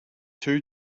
two